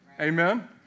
Amen